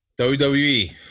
WWE